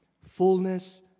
fullness